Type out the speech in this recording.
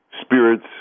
spirits